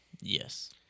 Yes